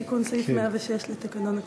תיקון סעיף 106 לתקנון הכנסת.